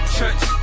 church